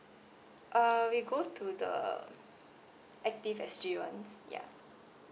uh we go to the ActiveSG ones ya